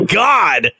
god